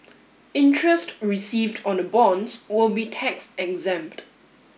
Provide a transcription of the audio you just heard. interest received on the bonds will be tax exempt